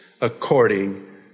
according